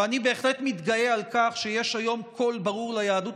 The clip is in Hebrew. ואני בהחלט מתגאה על כך שיש היום קול ברור ליהדות